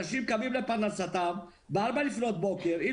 אנשים קמים לפרנסתם בארבע לפנות בוקר אם